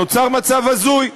נוצר מצב הזוי: